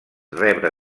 rebre